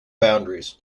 boundaries